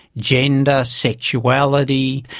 gender, sexuality.